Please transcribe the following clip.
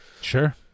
sure